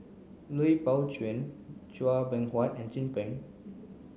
Lui Pao Chuen Chua Beng Huat and Chin Peng